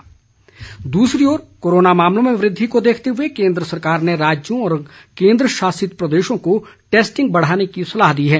स्वास्थ्य मंत्रालय दूसरी ओर कोरोना मामलों में वृद्धि को देखते हुए केंद्र सरकार ने राज्यों व केंद्रशासित प्रदेशों को टैस्टिंग बढ़ाने की सलाह दी है